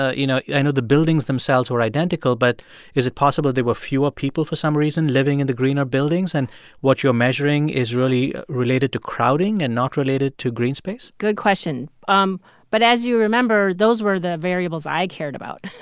ah you know, i know the buildings themselves were identical, but is it possible there were fewer people for some reason living in the greener buildings and what you're measuring is really related to crowding and not related to green space? good question. um but as you remember, those were the variables i cared about